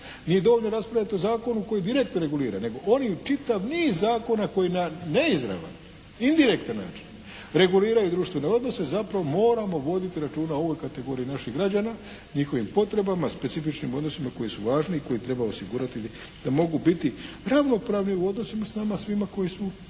nije dovoljno raspravljati o zakonu koji …/Govornik se ne razumije./… regulira, nego oni čitav niz zakona koji na neizravan, indirektan način reguliraju društvene odnose, zapravo moramo voditi računa u ovoj kategoriji naših građana, njihovim potrebama, specifičnim odnosima koji su važni i koje treba osigurati da mogu biti ravnopravni u odnosima s nama svima koji smo,